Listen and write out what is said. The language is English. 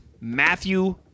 Matthew